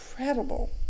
incredible